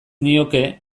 nioke